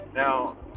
Now